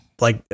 like-